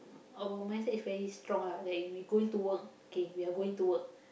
our mindset is very strong lah like we going to work okay we are going to work